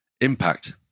impact